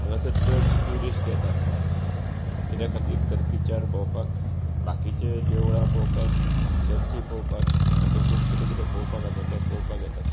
हांगासर चड ट्युरिस्ट येतात कित्या खातीर तर बिचार भोंवपाक बाकिचे देवळां पळोवपाक चर्ची पळोवपाक अशें खूब कितें कितें पळोवपाक आसा तेंच पळोवपाक येतात